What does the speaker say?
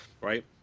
right